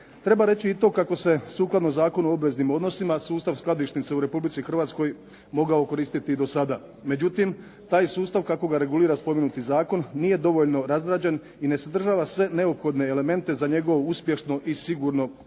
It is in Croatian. Treba reći i to kako se sukladno Zakonu o obveznim odnosima sustav skladišnice u Republici Hrvatskoj mogao koristi i do sada. Međutim, taj sustav kako ga regulira spomenuti zakon nije dovoljno razrađen i ne sadržava sve neophodne elemente za njegovo uspješno i sigurno funkcioniranje